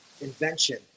invention